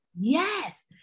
Yes